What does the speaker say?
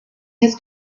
his